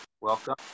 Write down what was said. Welcome